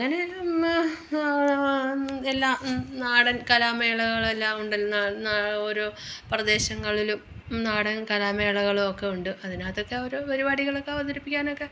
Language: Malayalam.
അങ്ങനെ ആ എല്ലാ നാടൻ കലാമേളകളെല്ലാം ഉണ്ടെന്നാണ് എന്നാ ഓരോ പ്രദേശങ്ങളിലും നാടൻ കലാമേളകളുവൊക്കെ ഉണ്ട് അതിനകത്തൊക്കെ ഓരോ പരിപാടികളൊക്കെ അവതരിപ്പിക്കാനൊക്കെ